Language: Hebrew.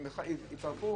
אם יצרפו